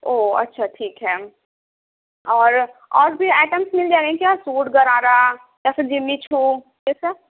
او اچھا ٹھیک ہے اور اور بھی آئٹمس مل جائیں گے کیا سوٹ غرارہ یا پھر جمی چھو یہ سب